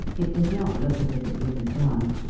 it does not look as if it would be done.